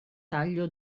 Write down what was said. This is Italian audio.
taglio